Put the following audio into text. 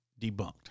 debunked